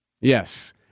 Yes